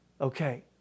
Okay